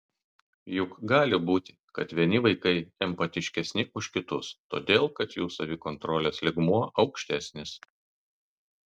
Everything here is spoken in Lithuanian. juk gali būti kad vieni vaikai empatiškesni už kitus todėl kad jų savikontrolės lygmuo aukštesnis